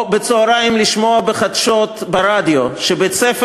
או בצהריים לשמוע בחדשות ברדיו שבית-הספר